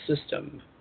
system